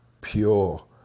pure